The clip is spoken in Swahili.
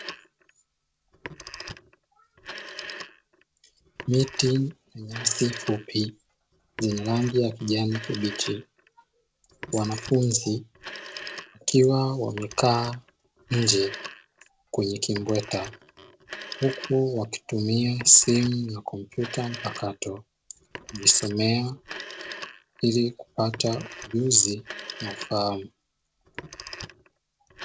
Miti mifupi yenye rangi ya kijani kibichi. Wanafunzi wakiwa wamekaa nje kwenye kimbweta, huku wakitumia simu na kompyuta mpakato kujisomea ili kupata ujuzi na ufahamu.